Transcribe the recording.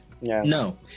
No